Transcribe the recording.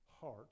heart